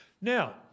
now